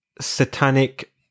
satanic